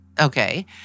okay